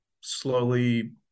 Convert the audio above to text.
slowly